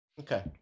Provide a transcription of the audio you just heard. Okay